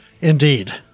Indeed